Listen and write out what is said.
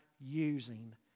using